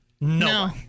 No